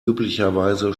üblicherweise